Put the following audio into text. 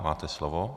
Máte slovo.